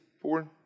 four